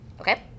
Okay